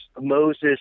Moses